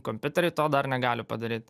kompiuteriai to dar negali padaryt